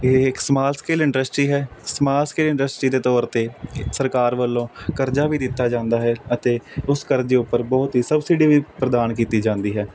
ਇਹ ਇਕ small scale industry ਹੈ ਸਮਾਲ ਸਕੇਲ ਇੰਡਸਟਰੀ ਦੇ ਤੌਰ 'ਤੇ ਸਰਕਾਰ ਵੱਲੋਂ ਕਰਜ਼ਾ ਵੀ ਦਿੱਤਾ ਜਾਂਦਾ ਹੈ ਅਤੇ ਉਸ ਕਰਜ਼ੇ ਉੱਪਰ ਬਹੁਤ ਹੀ ਸਬਸਿਡੀ ਵੀ ਪ੍ਰਦਾਨ ਕੀਤੀ ਜਾਂਦੀ ਹੈ